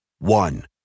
One